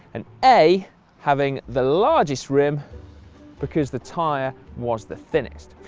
and a having the largest rim because the tyre was the thinnest.